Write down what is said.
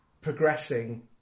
progressing